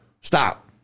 stop